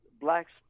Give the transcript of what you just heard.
blacks